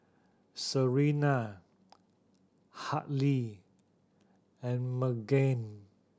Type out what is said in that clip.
Serena Hadley and Margene